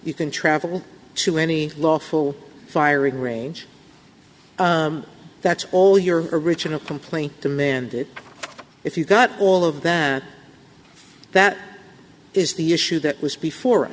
you can travel to any lawful firing range that's all your original complaint demanded if you got all of that that is the issue that was before